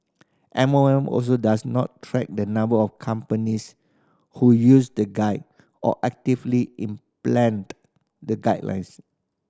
M O M also does not track the number of companies who use the guide or actively the guidelines